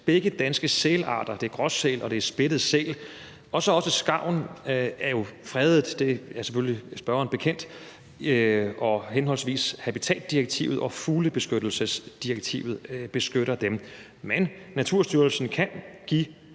Begge danske sælarter – det er gråsæl og spættet sæl – og skarven er jo fredet. Det er selvfølgelig spørgeren bekendt. Og henholdsvis habitatdirektivet og fuglebeskyttelsesdirektivet beskytter dem, men Naturstyrelsen kan bruge